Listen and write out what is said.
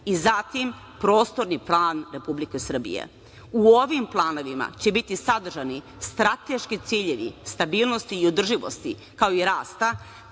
zatim prostorni plan Republike Srbije .U ovim planovima će biti sadržani strateški ciljevi stabilnosti i održivosti, kao i rasta,